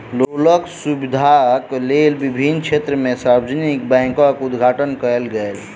लोकक सुविधाक लेल विभिन्न क्षेत्र में सार्वजानिक बैंकक उद्घाटन कयल गेल